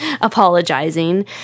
apologizing